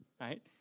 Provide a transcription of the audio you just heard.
Right